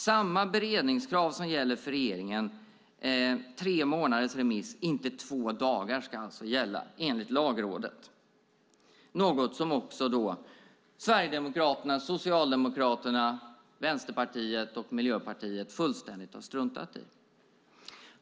Samma beredningskrav som gäller för regeringen, tre månaders remisstid, inte två dagar, ska alltså gälla enligt Lagrådet - något som Sverigedemokraterna, Socialdemokraterna, Vänsterpartiet och Miljöpartiet fullständigt har struntat i.